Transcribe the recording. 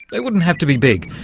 they wouldn't have to be big.